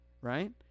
Right